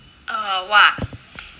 uh !wah!